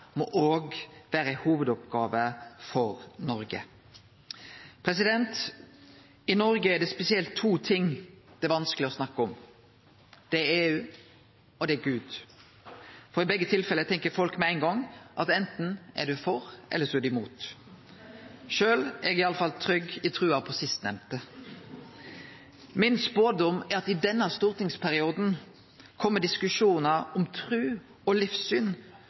må òg vere ei hovudoppgåve for Noreg. I Noreg er det spesielt to ting det er vanskeleg å snakke om: Det er EU, og det er Gud. I begge tilfella tenkjer folk med ein gong at anten er ein for eller så er ein imot. Sjølv er eg i alle fall trygg i trua på sistnemnde. Min spådom er at i denne stortingsperioden kjem diskusjonen om tru og livssyn